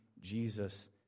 Jesus